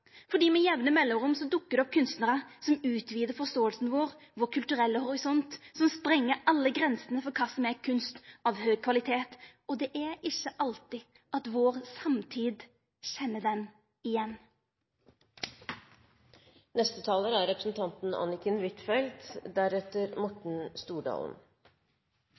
fordi med jamne mellomrom dukkar det opp kunstnarar som utvidar forståinga og den kulturelle horisonten vår og sprengjer alle grensene for kva som er kunst av høg kvalitet. Det er ikkje alltid at vår samtid kjenner denne igjen. Det er